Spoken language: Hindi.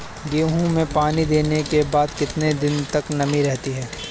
गेहूँ में पानी देने के बाद कितने दिनो तक नमी रहती है?